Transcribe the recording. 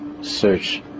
search